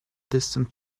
distant